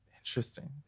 interesting